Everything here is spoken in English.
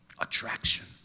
attraction